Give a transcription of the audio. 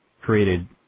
created